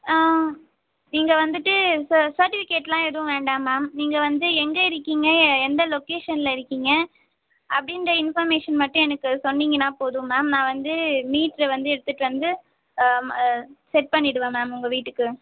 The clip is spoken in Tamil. ஆ நீங்கள் வந்துட்டு சர்டிஃபிகேட்டுலாம் எதுவும் வேண்டாம் மேம் நீங்கள் வந்து எங்கே இருக்கீங்க எந்த லொகேஷனில் இருக்கீங்க அப்படின்ற இன்ஃபர்மேஷன் மட்டும் எனக்கு சொன்னிங்கன்னா போதும் மேம் நான் வந்து மீட்டர வந்து எடுத்துட்டு வந்து செட் பண்ணிவிடுவேன் மேம் உங்கள் வீட்டுக்கு